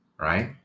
Right